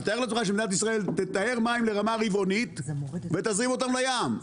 אבל תאר לעצמך שמדינת ישראל תטהר מים לרמה רבעונית ותזרים אותם לים.